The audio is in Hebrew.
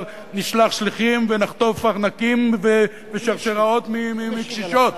נשלח שליחים ונחטוף ארנקים ושרשראות מקשישות,